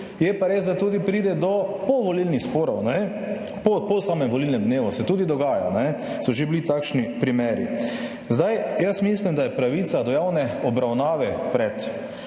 je pa res, da tudi pride do povolilnih sporov, po samem volilnem dnevu se tudi dogaja, so že bili takšni primeri. Mislim, da je pravica do javne obravnave pred